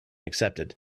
accepted